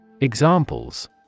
Examples